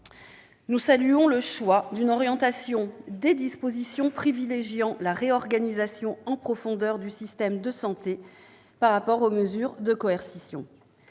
Nous saluons le choix d'une orientation des dispositions privilégiant la réorganisation en profondeur du système de santé par rapport aux mesures de coercition.